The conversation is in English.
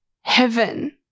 heaven